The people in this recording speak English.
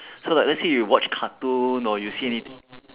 so like let's say you watch cartoon or you see anyth~